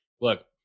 look